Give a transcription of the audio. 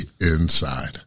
inside